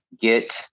get